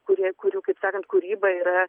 kurie kurių kaip sakant kūryba yra